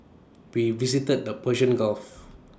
we visited the Persian gulf